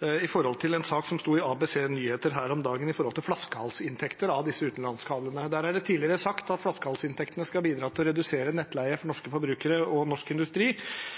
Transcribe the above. om en sak som sto i ABC Nyheter her om dagen, om flaskehalsinntekter av utenlandskablene. Det er tidligere sagt at flaskehalsinntektene skal bidra til å redusere nettleien for norske forbrukere og norsk industri,